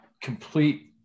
complete